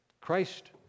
Christ